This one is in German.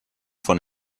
von